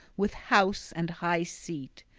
with house and high-seat.